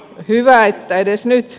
hyvä että edes nyt